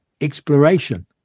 exploration